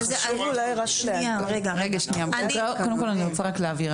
קודם כל אני רוצה להבהיר,